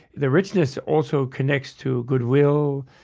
the richness also connects to good will,